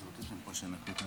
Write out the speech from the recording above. הצעת חוק לתיקון